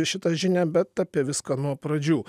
šitą žinią bet apie viską nuo pradžių